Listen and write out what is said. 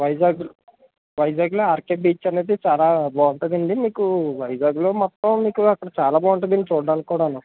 వైజాగ్లో వైజాగ్లో RK beach అన్నది చాలా బాగుంటుందండి మీకు వైజాగ్లో మొత్తం మీకు అక్కడ చాలా బాగుంటుందండి చూడటానికి కూడాను